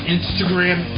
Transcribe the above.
Instagram